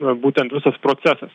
būtent visas procesas